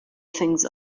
things